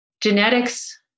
Genetics